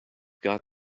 got